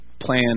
plan